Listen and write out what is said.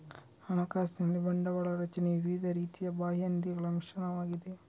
ಹಣಕಾಸಿನಲ್ಲಿ ಬಂಡವಾಳ ರಚನೆಯು ವಿವಿಧ ರೀತಿಯ ಬಾಹ್ಯ ನಿಧಿಗಳ ಮಿಶ್ರಣವಾಗಿದೆ